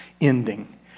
ending